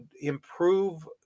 improve